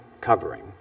covering